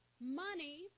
money